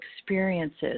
experiences